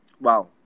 Wow